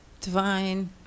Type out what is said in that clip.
Divine